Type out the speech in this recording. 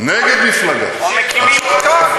נגד מפלגה, או מקימים עיתון.